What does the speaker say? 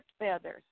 feathers